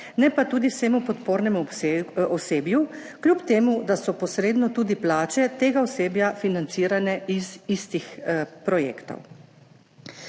ne pa tudi vsemu podpornemu osebju, kljub temu da so posredno tudi plače tega osebja financirane iz istih projektov.